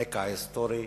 הרקע ההיסטורי